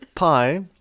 Pi